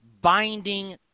binding